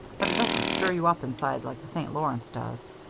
but it doesn't stir you up inside like the st. lawrence does.